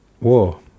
war